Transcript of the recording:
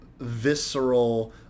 visceral